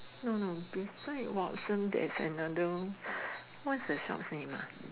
no no beside Watsons there's another what's the shop's name ah